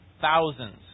thousands